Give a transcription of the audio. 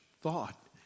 thought